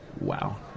wow